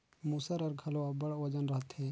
मूसर हर घलो अब्बड़ ओजन रहथे